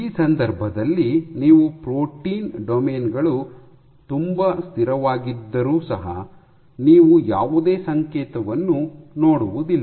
ಈ ಸಂದರ್ಭದಲ್ಲಿ ನಿಮ್ಮ ಪ್ರೋಟೀನ್ ಡೊಮೇನ್ ಗಳು ತುಂಬಾ ಸ್ಥಿರವಾಗಿದ್ದರು ಸಹ ನೀವು ಯಾವುದೇ ಸಂಕೇತವನ್ನು ನೋಡುವುದಿಲ್ಲ